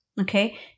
okay